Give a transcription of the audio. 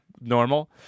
normal